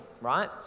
right